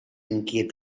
inquiet